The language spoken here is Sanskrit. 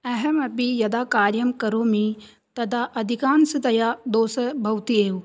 अहमपि यदा कार्यं करोमि तदा अधिकांशतया दोषः भवति एव